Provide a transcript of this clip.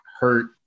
hurt